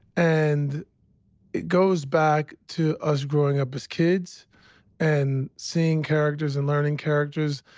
and it goes back to us growing up as kids and seeing characters and learning characters,